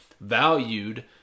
valued